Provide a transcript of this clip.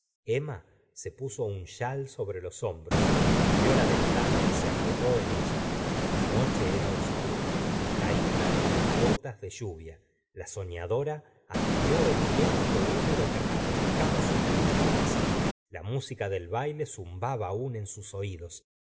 emma se puso un chal sobre los hombros abrió la ventana y s e apoyó en ella la noche era obscura caían algunas gotas de r lluvia la soñadora aspiró el viento húmedo que refrescaba sus pupilas la música del baile zumbaba aúri en sus oídos